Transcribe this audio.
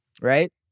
Right